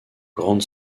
grande